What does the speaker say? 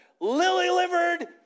lily-livered